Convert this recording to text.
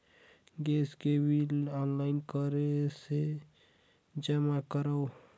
Gas के bill online कइसे जमा करव?